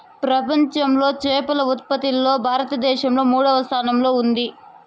ప్రపంచంలో చేపల ఉత్పత్తిలో భారతదేశం మూడవ స్థానంలో ఉంది